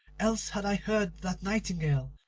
else had i heard that nightingale,